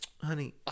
honey